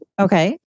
Okay